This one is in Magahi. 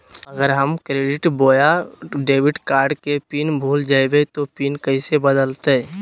अगर हम क्रेडिट बोया डेबिट कॉर्ड के पिन भूल जइबे तो पिन कैसे बदलते?